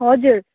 हजुर